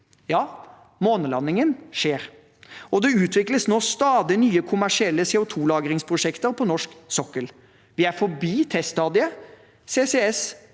Ja, månelandingen skjer, og det utvikles nå stadig nye kommersielle CO2-lagringsprosjekter på norsk sokkel. Vi er forbi teststadiet. CCS